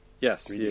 Yes